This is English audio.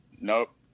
nope